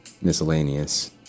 miscellaneous